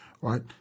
right